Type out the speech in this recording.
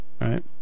right